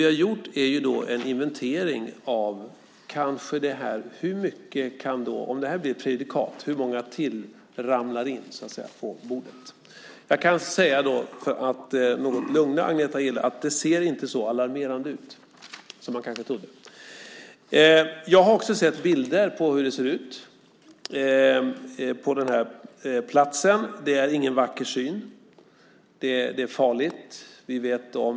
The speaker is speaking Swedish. Vi har gjort en inventering av hur många ytterligare som ramlar in på bordet om det här blir ett prejudikat. Jag kan något lugna Agneta Gille med att det inte ser så alarmerande ut som man kanske trodde. Jag har också sett bilder på hur det ser ut på den här platsen. Det är ingen vacker syn, och det är farligt.